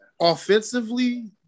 Offensively